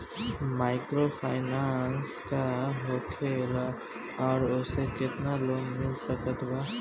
Microfinance का होखेला और ओसे केतना लोन मिल सकत बा?